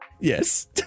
yes